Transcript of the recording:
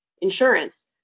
insurance